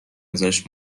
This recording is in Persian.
ازش